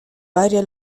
varie